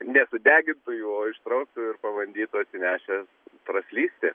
nesudegintų jų o ištrauktų ir pabandytų atsinešę praslysti